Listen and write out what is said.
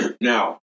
Now